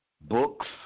books